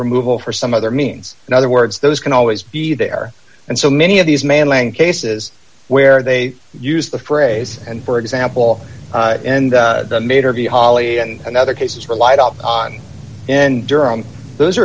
removal for some other means in other words those can always be there and so many of these man lang cases where they used the phrase and for example in the major v holly and other cases relied on in durham those